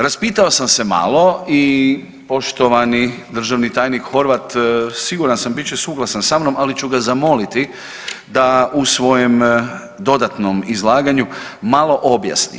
Raspitao sam se malo i poštovani državni tajnik Horvat siguran sam bit će suglasan sa mnom, ali ću ga zamoliti da u svojem dodatnom izlaganju malo objasni.